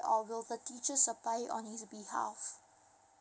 or will the teachers apply on his behalf